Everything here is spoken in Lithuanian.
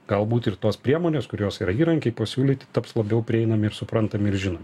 galbūt ir tos priemonės kurios yra įrankiai pasiūlyti taps labiau prieinami ir suprantami ir žinomi